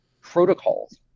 protocols